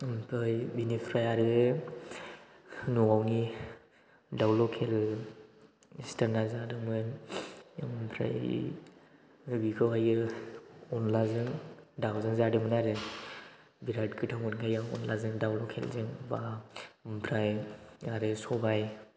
ओमफ्राय बेनिफ्राय आरो न'नि दाउ लकेल सिथारनानै जादोंमोन ओमफ्राय बेखौहायो अनलाजों दाउजों जादोंमोन आरो बिराद गोथाव मोनखायो आं अनलाजों दाउ लकेल जों बाब ओमफ्राय आरो सबाय